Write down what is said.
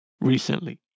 recently